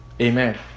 Amen